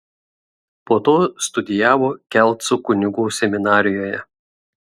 po to studijavo kelcų kunigų seminarijoje